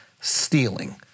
stealing